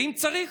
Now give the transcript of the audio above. ואם צריך,